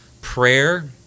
prayer